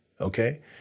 okay